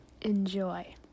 enjoy